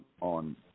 On